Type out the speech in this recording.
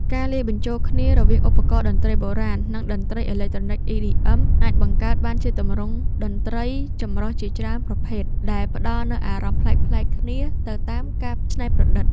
ការលាយបញ្ចូលគ្នារវាងឧបករណ៍តន្ត្រីបុរាណ និងតន្ត្រីអេឡិចត្រូនិក EDM អាចបង្កើតបានជាទម្រង់តន្ត្រីចម្រុះជាច្រើនប្រភេទ ដែលផ្តល់នូវអារម្មណ៍ប្លែកៗគ្នាទៅតាមការច្នៃប្រឌិត។